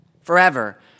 forever